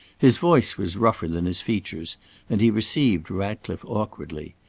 his voice was rougher than his features and he received ratcliffe awkwardly.